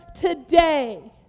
today